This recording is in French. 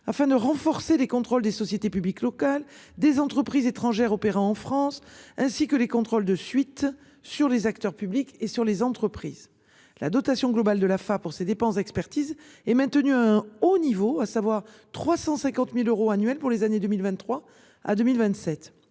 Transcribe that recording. afin de renforcer les contrôles des sociétés publiques locales des entreprises étrangères opérant en France ainsi que les contrôles de suite sur les acteurs publics et sur les entreprises. La dotation globale de la fin pour ses dépenses d'expertise et maintenu un haut niveau, à savoir 350.000 euros annuels pour les années 2023 à 2027.